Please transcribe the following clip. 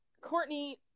Courtney